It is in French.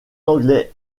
anglais